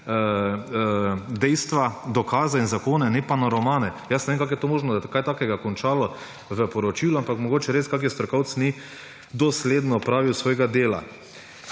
dejstva, dokaze in zakone, ne pa na romane. Jaz ne vem, kako je to možno, da je kaj takega končalo v poročilu, ampak mogoče res kakšen strokovni sodelavec ni dosledno opravil svojega dela.